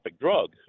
drug